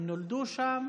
הם נולדו שם,